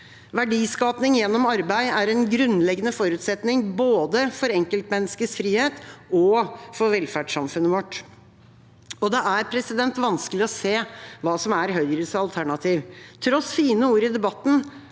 Verdiskaping gjennom arbeid er en grunnleggende forutsetning både for enkeltmenneskets frihet og for velferdssamfunnet vårt. Det er vanskelig å se hva som er Høyres alternativ. Tross fine ord i debatten